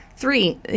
Three